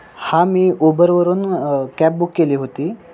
हा मी उबरवरून कॅब बुक केली होती